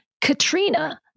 Katrina